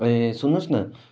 ए सुन्नुहोस् न